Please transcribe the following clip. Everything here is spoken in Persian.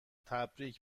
تبریک